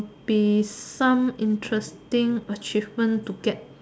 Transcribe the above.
would be some interesting achievement to get